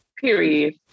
period